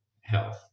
health